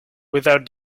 without